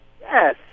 Yes